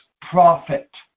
prophet